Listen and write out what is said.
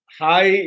hi